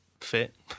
fit